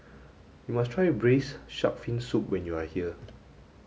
you must try braised shark fin soup when you are here